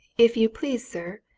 if you please, sir,